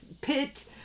pit